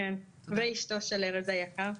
כן, ואשתו של ארז היקר.